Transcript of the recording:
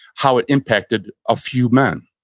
how it impacted a few men.